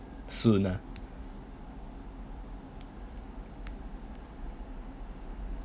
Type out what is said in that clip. soon ah